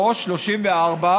34-33: